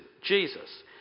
Jesus